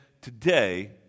today